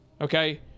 okay